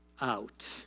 out